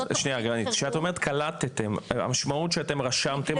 כשאת אומרת קלטתם, המשמעות שאתם רשמתם אותם?